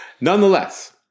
Nonetheless